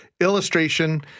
illustration